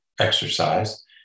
exercise